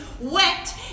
wet